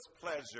pleasure